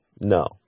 No